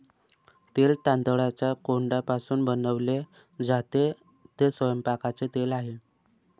तेल तांदळाच्या कोंडापासून बनवले जाते, ते स्वयंपाकाचे तेल आहे